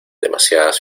demasiadas